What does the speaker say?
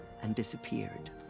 and disappeared.